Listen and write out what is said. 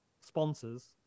sponsors